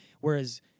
whereas